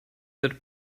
that